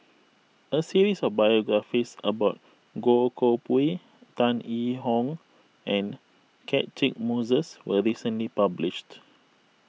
a series of biographies about Goh Koh Pui Tan Yee Hong and Catchick Moses was recently published